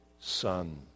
son